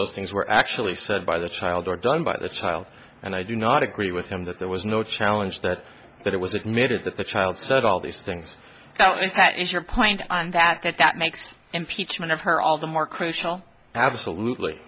those things were actually said by the child or done by the child and i do not agree with him that there was no challenge that that it was admitted that the child said all these things that is your point and that that that makes impeachment of her all the more crucial absolutely